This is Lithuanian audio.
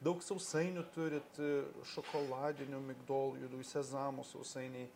daug sausainių turit šokoladinių migdolų juodųjų sezamų sausainiai